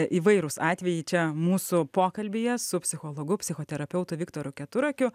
įvairūs atvejai čia mūsų pokalbyje su psichologu psichoterapeutu viktoru keturakiu